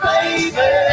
Baby